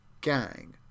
gang